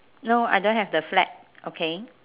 no I don't have the flat okay